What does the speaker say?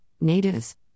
natives